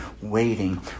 waiting